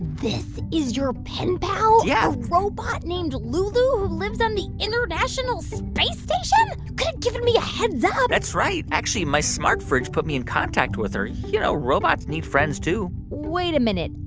this is your pen pal? yeah a robot named lulu who lives on the international space station? you could've given me a head's up that's right. actually, my smart fridge put me in contact with her. you know, robots need friends, too wait a minute,